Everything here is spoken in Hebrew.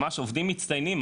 ממש עובדים מצטיינים,